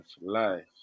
life